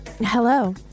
Hello